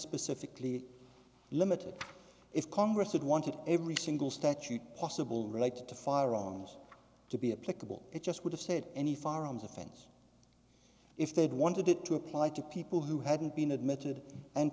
specifically limited if congress had wanted every single statute possible related to firearms to be applicable it just would have said any firearms offense if they had wanted it to apply to people who hadn't been admitted and